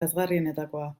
lazgarrienetakoa